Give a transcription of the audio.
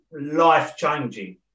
life-changing